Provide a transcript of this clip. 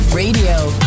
Radio